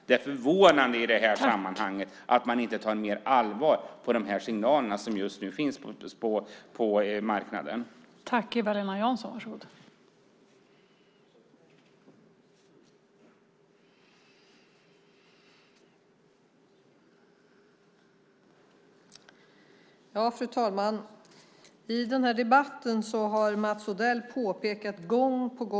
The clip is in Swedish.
Det förvånar mig i det här sammanhanget att man inte tar de signaler som just nu finns på marknaden på allvar.